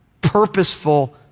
purposeful